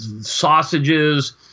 sausages